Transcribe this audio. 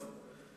טוב.